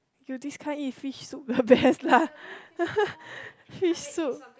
you this kind eat fish soup the best lah fish soup